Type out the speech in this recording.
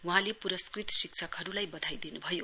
वहाँले पुरस्कृत शिक्षकहरूलाई बधाई दिनु भयो